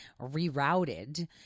rerouted